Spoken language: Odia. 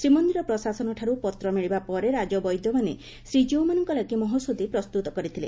ଶ୍ରୀମନ୍ଦିର ପ୍ରଶାସନ ଠାରୁ ପତ୍ର ମିଳିବାପରେ ରାଜବୈଦ୍ୟମାନେ ଶ୍ରୀଜୀଉମାନଙ୍କ ଲାଗି ମହୌଷଧି ପ୍ରସ୍ତୁତ କରିଥିଲେ